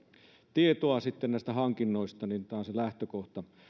tietoa näistä hankinnoista tämä on se lähtökohta